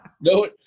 No